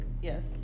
Yes